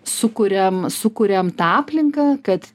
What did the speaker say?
sukuriam sukuriam tą aplinką kad